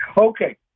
Okay